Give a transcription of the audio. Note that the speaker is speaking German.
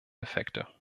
effekte